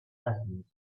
lessons